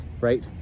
right